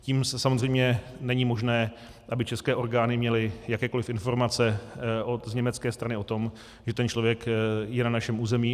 Tím samozřejmě není možné, aby české orgány měly jakékoli informace z německé strany o tom, že ten člověk je na našem území.